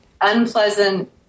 unpleasant